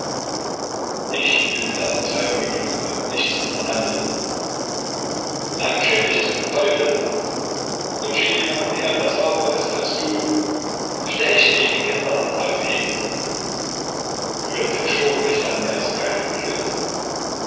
ich bin mit der verzeihung gekommen und nicht zum unterhandeln dann scher dich zum teufel und schick jemand her der sauberer ist als du stecht ihn kinder haut ihn rührt den schurken nicht an er ist keine kugel wert